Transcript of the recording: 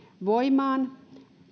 voimaan